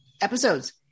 episodes